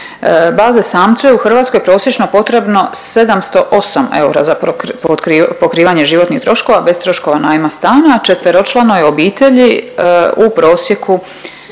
baze samcu je u Hrvatskoj prosječno potrebno 708 eura za pokrivanje životnih troškova bez troškova najma stana, a četveročlanoj obitelji u prosjeku